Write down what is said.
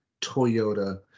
Toyota